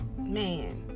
man